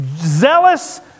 zealous